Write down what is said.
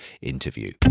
interview